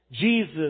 Jesus